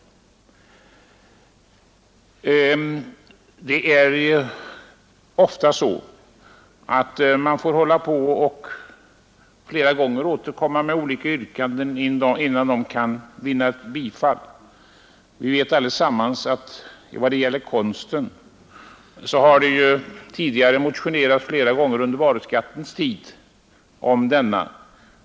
Det är ofta så att man får återkomma flera gånger med olika yrkanden innan de kan vinna bifall. Vi vet alla att det tidigare under varuskattens tid har motionerats flera gånger om konsten.